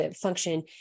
function